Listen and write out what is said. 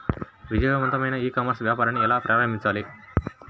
విజయవంతమైన e commerce వ్యాపారాన్ని ఎలా ప్రారంభించాలి?